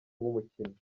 nk’umukinnyi